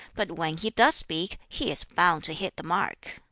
but when he does speak he is bound to hit the mark!